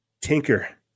tinker